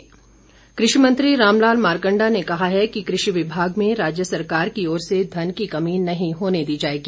मारकंडा कृषि मंत्री रामलाल मारकंडा ने कहा है कि कृषि विभाग में राज्य सरकार की ओर से धन की कमी नहीं होने दी जाएगी